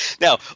Now